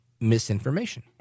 misinformation